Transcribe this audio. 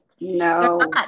No